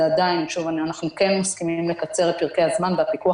אנחנו כן מסכימים לקצר את פרקי הזמן והפיקוח